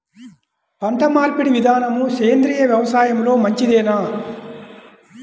పంటమార్పిడి విధానము సేంద్రియ వ్యవసాయంలో మంచిదేనా?